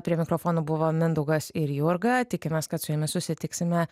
prie mikrofono buvo mindaugas ir jurga tikimės kad su jumis susitiksime